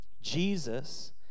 Jesus